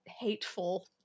hateful